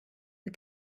the